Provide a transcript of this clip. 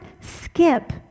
skip